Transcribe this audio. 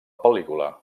pel·lícula